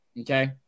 Okay